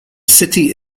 city